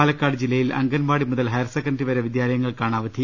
പാലക്കാട് ജില്ലയിൽ അംഗൻവാടി മുതൽ higher secondary വരെ വിദ്യാലയങ്ങൾക്കാണ് അവധി